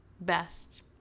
best